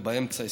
ובאמצע,